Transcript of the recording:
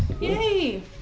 Yay